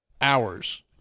hours